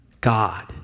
God